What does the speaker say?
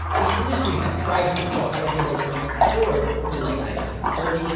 the industry had tried to self-regulate once before in the late nineteen forty s,